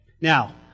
Now